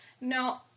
No